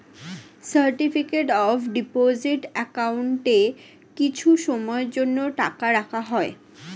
certificate of deposit অ্যাকাউন্টে কিছু সময়ের জন্য টাকা রাখা হয়